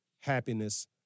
happiness